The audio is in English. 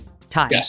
time